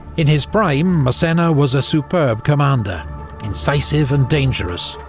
in his prime, massena was a superb commander incisive, and dangerous.